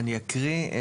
אני אקריא את זה,